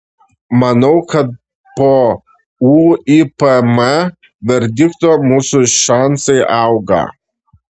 manau kad po uipm verdikto mūsų šansai auga